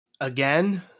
again